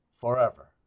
forever